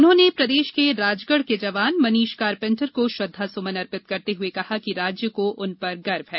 उन्होंने प्रदेश के राजगढ़ के जवान मनीष कारपेण्टर को श्रद्धा सुमन अर्पित करते हुए कहा कि राज्य को उन पर गर्व है